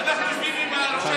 אנחנו יושבים עם ראשי רשויות,